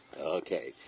Okay